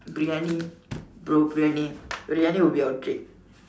Briyani bro Briyani Briyani will be our treat